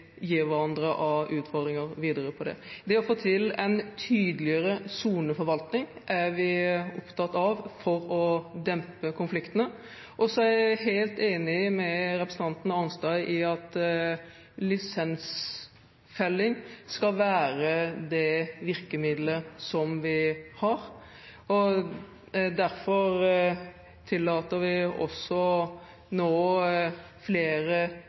av utfordringer om dette. Vi er opptatt av å få til en tydeligere soneforvaltning for å dempe konfliktene. Jeg er helt enig med representanten Arnstad i at lisensfelling skal være det virkemiddelet vi har. Derfor tillater vi nå flere